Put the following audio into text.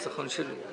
מה ניצחון שלי?